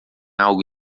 algo